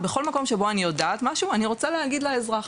בכל מקום שבו אני יודעת משהו אני רוצה להגיד לאזרח.